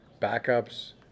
backups